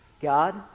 God